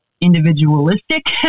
individualistic